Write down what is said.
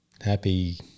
happy-